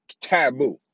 taboo